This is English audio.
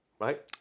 right